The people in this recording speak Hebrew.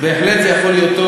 בהחלט זה יכול להיות טוב,